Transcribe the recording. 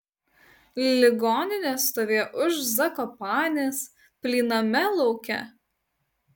ligoninė stovėjo už zakopanės plyname lauke